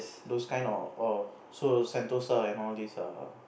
those kind of of so sentosa and all these ah